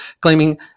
claiming